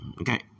Okay